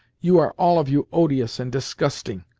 you are all of you odious and disgusting!